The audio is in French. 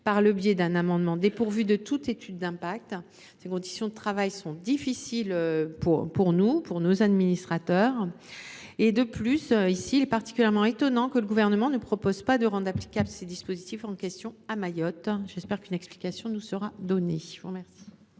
par le biais d’un amendement dépourvu de toute étude d’impact. Ces conditions de travail sont difficiles pour nous et pour nos services. En outre, il est particulièrement étonnant que le Gouvernement ne propose pas de rendre applicables les dispositifs en question à Mayotte. J’espère qu’une explication nous sera donnée. Les deux